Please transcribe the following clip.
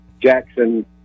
Jackson